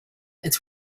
its